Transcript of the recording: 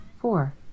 Four